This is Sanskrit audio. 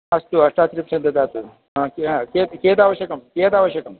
अस्तु अष्टत्रिंशत् ददातु कियद् आवश्यकं कियद् आवश्यकम्